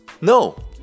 No